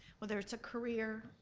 whether it's a career,